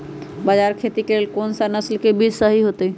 बाजरा खेती के लेल कोन सा नसल के बीज सही होतइ?